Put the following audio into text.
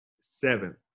seven